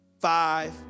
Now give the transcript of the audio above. Five